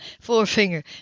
forefinger